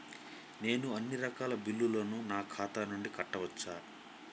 నేను అన్నీ రకాల బిల్లులను నా ఖాతా నుండి కట్టవచ్చా?